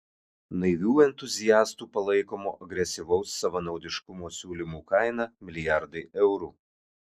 naivių entuziastų palaikomo agresyvaus savanaudiškumo siūlymų kaina milijardai eurų